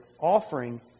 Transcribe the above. offering